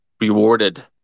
rewarded